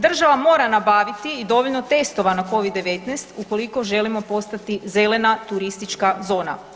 Država mora nabaviti i dovoljno testova na Covid-19 ukoliko želimo postati zelena turistička zona.